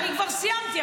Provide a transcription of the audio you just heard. אני כבר סיימתי.